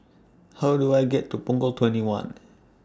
How Do I get to Punggol twenty one